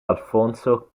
alfonso